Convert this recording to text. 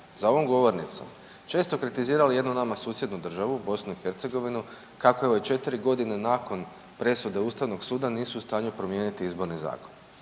za ovom govornicom često kritizirali jednu nama susjednu državu Bosnu i Hercegovinu kako evo četiri godine nakon presude Ustavnog suda nisu u stanju promijeniti Izborni zakon,